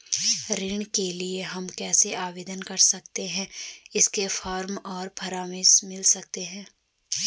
ऋण के लिए हम कैसे आवेदन कर सकते हैं इसके फॉर्म और परामर्श मिल सकती है?